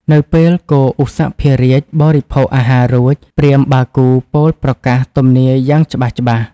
នៅពេលគោឧសភរាជបរិភោគអាហាររួច ព្រាហ្មណ៍បាគូពោលប្រកាសទំនាយយ៉ាងច្បាស់ៗ។